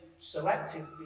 Selected